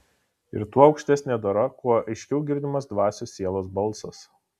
ir tuo aukštesnė dora kuo aiškiau girdimas dvasios sielos balsas